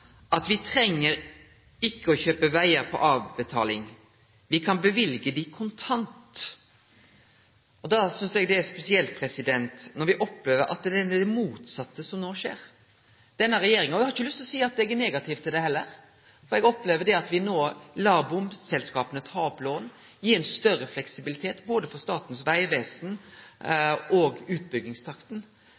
at me ikkje treng å kjøpe vegar på avbetaling, me kan løyve dei kontant. Da synest eg det er spesielt at me opplever at det er det motsette som no skjer. Eg har ikkje lyst til å seie at eg er negativ til det heller, for eg opplever at det at me no lèt bompengeselskapa ta opp lån, gir større fleksibilitet både for Statens vegvesen og når det gjeld utbyggingstakta.